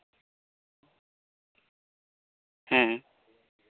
ᱦᱮᱸ